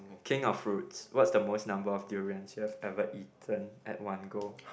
king of fruits what's the most number of durians you have ever eaten at one go